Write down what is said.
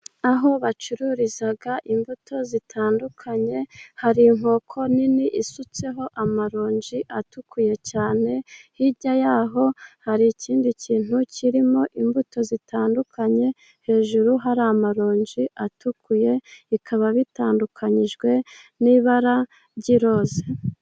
Aho bacururiza imbuto zitandukanye, hari inkoko nini isutseho amaronji atukuye cyane. Hirya y'aho hari ikindi kintu kirimo imbuto zitandukanye, hejuru hari amaronji atukuye bikaba bitandukanyijwe n'ibara ry'iroza.